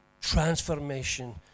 transformation